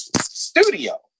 studio